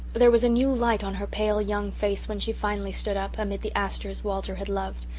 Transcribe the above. there was a new light on her pale young face when she finally stood up, amid the asters walter had loved,